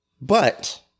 But-